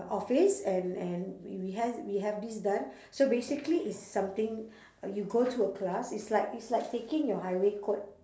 office and and we we has we have this done so basically it's something you go to a class it's like it's like taking your highway code